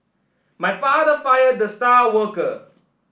my father fired the star worker